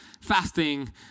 fasting